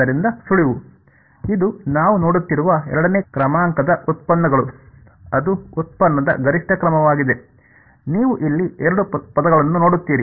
ಆದ್ದರಿಂದ ಸುಳಿವು ಇದು ನಾವು ನೋಡುತ್ತಿರುವ ಎರಡನೇ ಕ್ರಮಾಂಕದ ಉತ್ಪನ್ನಗಳು ಅದು ಉತ್ಪನ್ನದ ಗರಿಷ್ಠ ಕ್ರಮವಾಗಿದೆ ನೀವು ಇಲ್ಲಿ ಎರಡು ಪದಗಳನ್ನು ನೋಡುತ್ತೀರಿ